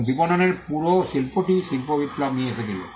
এবং বিপণনের পুরো শিল্পটি শিল্প বিপ্লব নিয়ে এসেছিল